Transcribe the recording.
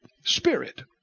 Spirit